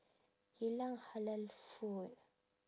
geylang halal food